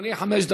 קשה על